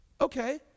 Okay